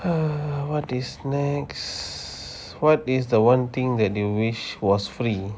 err what is next what is the one thing that you wish was free